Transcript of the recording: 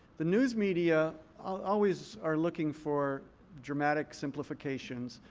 the news media always are looking for dramatic simplifications.